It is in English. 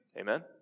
Amen